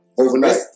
overnight